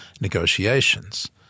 negotiations